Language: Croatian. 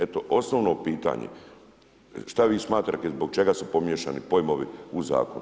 Eto osnovno pitanje šta vi smatrate zbog čega su pomiješani pojmovi u zakonu?